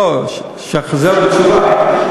לא, שאת חוזרת בתשובה?